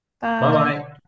Bye